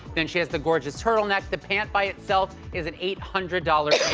then she has the gorgeous turtleneck, the pant by itself is an eight hundred dollars